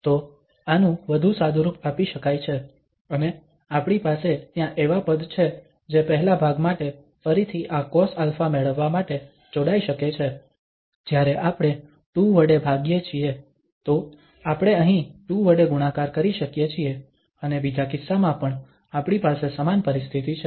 તો આનું વધુ સાદુરૂપ આપી શકાય છે અને આપણી પાસે ત્યાં એવા પદ છે જે પહેલા ભાગ માટે ફરીથી આ cosα મેળવવા માટે જોડાઈ શકે છે જ્યારે આપણે 2 વડે ભાગીએ છીએ તો આપણે અહીં પણ 2 વડે ગુણાકાર કરી શકીએ છીએ અને બીજા કિસ્સામાં પણ આપણી પાસે સમાન પરિસ્થિતિ છે